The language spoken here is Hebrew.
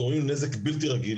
גורמים נזק בלתי רגיל,